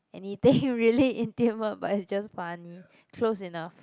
anything really intimate but it's just funny close enough